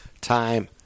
time